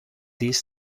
this